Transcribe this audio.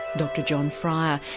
dr john fryer,